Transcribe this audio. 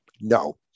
no